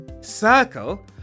Circle